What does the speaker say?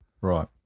Right